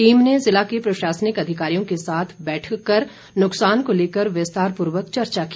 team ने जिला के प्रशासनिक अधिकारियों के साथ बैठक कर नुकसान को लेकर विस्तारपूर्वक चर्चा की